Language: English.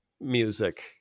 music